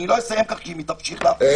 אני לא אסיים אם היא תמשיך להפריע.